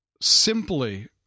simply